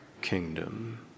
kingdom